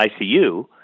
ICU